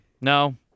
No